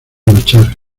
luchar